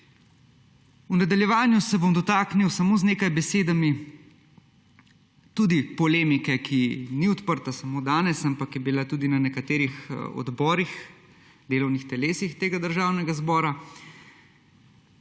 V nadaljevanju se bom dotaknil samo z nekaj besedami tudi polemike, ki ni odprta samo danes, ampak je bila tudi na nekaterih odborih, delovnih telesih tega državnega zbora.